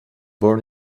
born